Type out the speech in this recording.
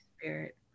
Spirit